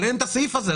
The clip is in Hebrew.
אבל אין את הסעיף הזה,